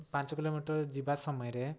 ପାଞ୍ଚ କିଲୋମିଟର୍ ଯିବା ସମୟରେ